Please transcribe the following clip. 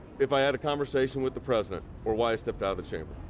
if i had a conversation with the president or why i step out of the chipper.